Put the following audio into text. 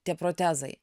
tie protezai